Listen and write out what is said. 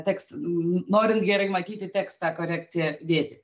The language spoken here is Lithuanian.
teks norint gerai matyti tekstą korekciją dėti